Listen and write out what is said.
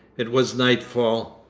it was nightfall.